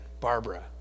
Barbara